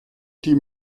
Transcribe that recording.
die